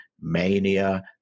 mania